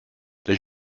der